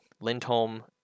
lindholm